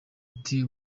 ati